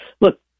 look